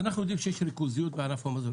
אנחנו יודעים שיש ריכוזיות בענף המזון,